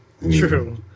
True